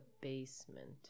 basement